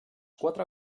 quatre